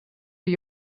für